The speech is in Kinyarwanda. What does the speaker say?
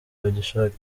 bagishaka